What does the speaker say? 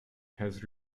has